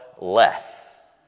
less